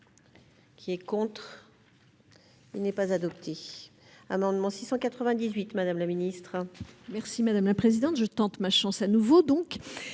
Qui est contre, il n'est pas adopté un amendement 698 Madame la ministre.